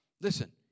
Listen